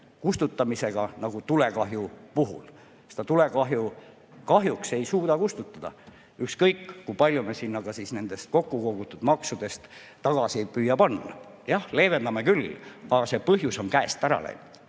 kustutamisega nagu tulekahju puhul. Seda tulekahju me kahjuks ei suuda kustutada, ükskõik kui palju me ka ei püüa nendest kokku kogutud maksudest tagasi panna. Jah, leevendame küll, aga see põhjus on käest ära läinud.